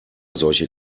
solche